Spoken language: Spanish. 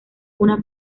una